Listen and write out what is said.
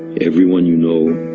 everyone you know,